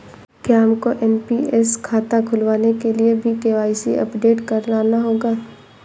क्या हमको एन.पी.एस खाता खुलवाने के लिए भी के.वाई.सी अपडेट कराना होगा?